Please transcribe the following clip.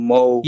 Mo